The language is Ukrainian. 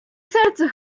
серце